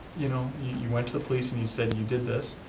you know, you went to the police and you said you did this,